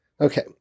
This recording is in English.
Okay